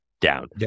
down